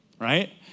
right